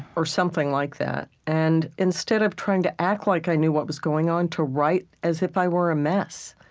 or something like that. and instead of trying to act like i knew what was going on, to write as if i were a mess,